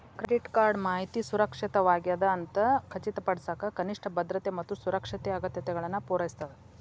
credit card ಮಾಹಿತಿ ಸುರಕ್ಷಿತವಾಗ್ಯದ ಅಂತ ಖಚಿತಪಡಿಸಕ ಕನಿಷ್ಠ ಭದ್ರತೆ ಮತ್ತ ಸುರಕ್ಷತೆ ಅಗತ್ಯತೆಗಳನ್ನ ಪೂರೈಸ್ತದ